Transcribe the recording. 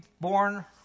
born